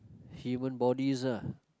human bodies ah